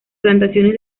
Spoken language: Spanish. plantaciones